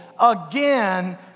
again